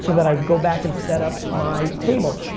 so that i would go back and set up my table.